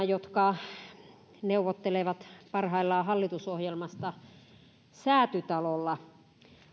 jotka neuvottelevat parhaillaan hallitusohjelmasta säätytalolla